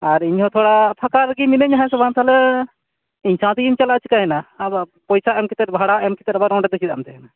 ᱟᱨ ᱤᱧᱦᱚᱸ ᱛᱷᱚᱲᱟ ᱯᱷᱟᱸᱠᱟ ᱨᱮᱜᱮ ᱢᱤᱱᱟ ᱧᱟ ᱦᱮ ᱥᱮ ᱵᱟᱝ ᱛᱟᱦᱮᱞᱮ ᱤᱧ ᱥᱟᱶᱛᱤᱜᱤᱧ ᱪᱟᱞᱟᱜᱼᱟ ᱪᱮᱠᱟᱭᱮᱱᱟ ᱟᱵᱚᱣᱟᱜ ᱯᱚᱭᱥᱟ ᱮᱢᱠᱟᱛᱮᱫ ᱵᱷᱟᱲᱟ ᱮᱢ ᱠᱮᱛᱮ ᱟᱵᱚ ᱱᱚᱰᱮ ᱫᱚ ᱪᱮᱫᱟᱜ ᱮᱢ ᱛᱟᱦᱮᱱᱟ